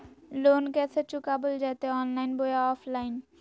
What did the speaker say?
Loan कैसे चुकाबल जयते ऑनलाइन बोया ऑफलाइन?